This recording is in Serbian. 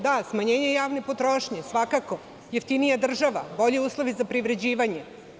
Da, smanjenje javne potrošnje, svakako jeftinija država, bolji uslovi za privređivanje.